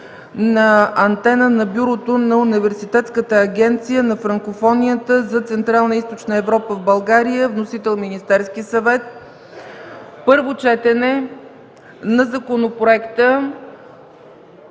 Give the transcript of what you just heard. за Антена на Бюрото на Университетската агенция на Франкофонията за Централна и Източна Европа в България. Вносител – Министерският съвет. 10. Първо четене на Законопроекта